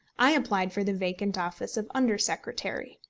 i applied for the vacant office of under-secretary.